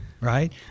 right